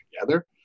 together